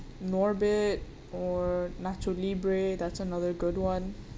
norbit or nacho libre that's another good [one]